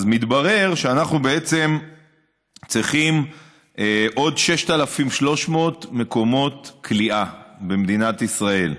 אז מתברר שאנחנו בעצם צריכים עוד 6,300 מקומות כליאה במדינת ישראל.